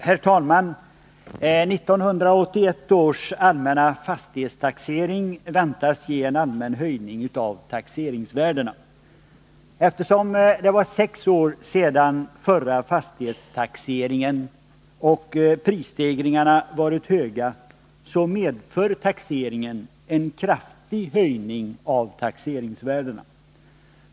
Herr talman! 1981 års allmänna fastighetstaxering väntas ge en allmän höjning av taxeringsvärdena. Eftersom sex år har gått sedan förra fastighetstaxeringen och prisstegringarna varit höga, medför taxeringen en kraftig höjning av taxeringsvärdena.